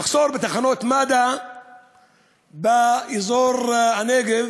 המחסור בתחנות מד"א באזור הנגב